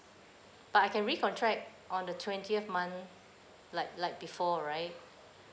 but I can recontract on the twentieth month like like before right